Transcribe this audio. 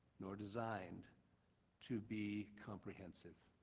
nor designed to be comprehensive.